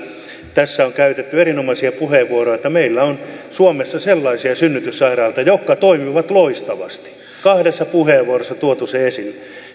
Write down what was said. tässä on käytetty erinomaisia puheenvuoroja että meillä on suomessa sellaisia synnytyssairaaloita jotka toimivat loistavasti kahdessa puheenvuorossa on tuotu se esille